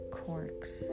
corks